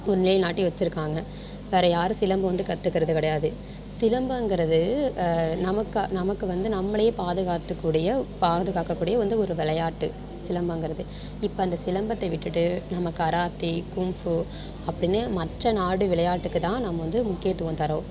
ஒரு நிலைநாட்டி வச்சுருக்காங்க வேற யாரும் சிலம்பம் வந்து கத்துக்கிறது கிடையாது சிலம்பங்கிறது நமக்காக நமக்கு வந்து நம்மளே பாதுகாத்து கூடிய பாதுகாக்க கூடிய வந்து ஒரு விளையாட்டு சிலம்பங்கிறது இப்போ அந்த சிலம்பத்தை விட்டுட்டு நம்ம கராத்தே கும்ஃபூ அப்படினு மற்ற நாடு விளையாட்டுக்கு தான் நம்ம வந்து முக்கியத்துவம் தரோம்